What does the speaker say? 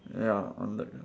ya on the